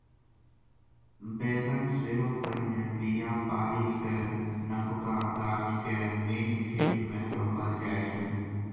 बेगन सेहो पहिने बीया पारि कए नबका गाछ केँ मेन खेत मे रोपल जाइ छै